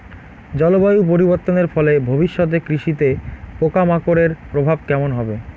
জলবায়ু পরিবর্তনের ফলে ভবিষ্যতে কৃষিতে পোকামাকড়ের প্রভাব কেমন হবে?